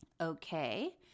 Okay